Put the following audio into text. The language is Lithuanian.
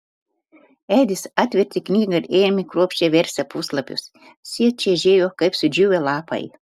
edis atvertė knygą ir ėmė kruopščiai versti puslapius šie čežėjo kaip sudžiūvę lapai